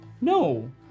No